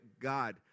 God